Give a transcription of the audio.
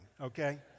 okay